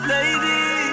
Lady